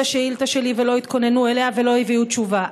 השאילתה שלי ולא התכוננו אליה ולא הביאו תשובה.